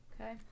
Okay